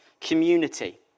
community